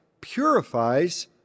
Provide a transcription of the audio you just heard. purifies